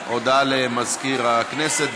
הודעה למזכיר הכנסת,